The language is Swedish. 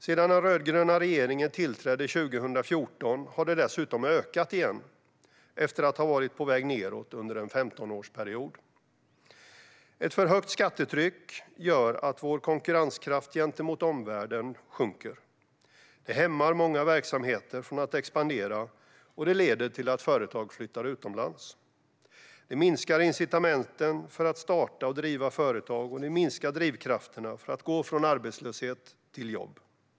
Sedan den rödgröna regeringen tillträdde 2014 har det dessutom börjat öka igen, efter att ha varit på väg nedåt under en 15-årsperiod. Ett för högt skattetryck gör att vår konkurrenskraft sjunker gentemot omvärlden. Det hämmar många verksamheter från att expandera, och det leder till att företag flyttar utomlands. Det minskar incitamenten för att starta och driva företag, och det minskar drivkrafterna för att gå från arbetslöshet till jobb.